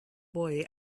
boy